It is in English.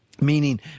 Meaning